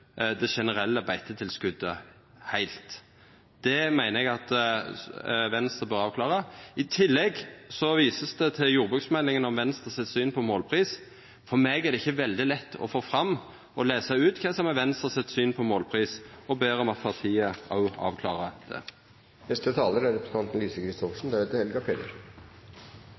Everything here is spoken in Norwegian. det generelle beitetilskotet heilt? Det meiner eg Venstre bør avklara. I tillegg vert det vist til jordbruksmeldinga om Venstres syn på målpris. For meg er det ikkje veldig lett å få fram – å lesa – kva som er Venstres syn på målpris, og eg ber om at partiet òg avklarar det.